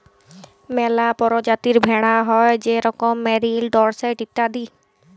ম্যালা পরজাতির ভেড়া হ্যয় যেরকম মেরিল, ডরসেট ইত্যাদি